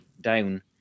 down